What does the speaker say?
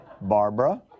Barbara